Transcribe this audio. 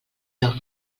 lloc